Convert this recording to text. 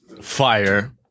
Fire